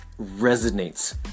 resonates